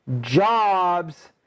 jobs